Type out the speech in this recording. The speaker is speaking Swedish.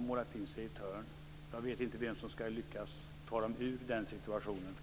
målat in sig i ett hörn. Jag vet inte vem som ska lyckas ta dem ur denna situation.